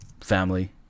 family